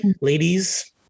ladies